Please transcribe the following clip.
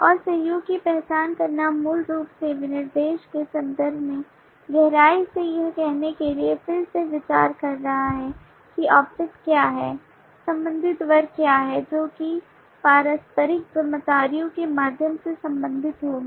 और सहयोग की पहचान करना मूल रूप से विनिर्देश के संदर्भ में गहराई से यह कहने के लिए फिर से विचार कर रहा है कि ऑब्जेक्ट क्या हैं संबंधित वर्ग क्या हैं जो कि पारस्परिक जिम्मेदारियों के माध्यम से संबंधित होंगे